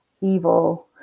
evil